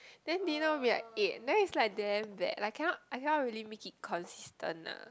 then dinner will be like eight then is like damn bad like I cannot I cannot really make it consistent lah